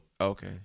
Okay